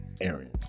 Aaron